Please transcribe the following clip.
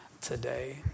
today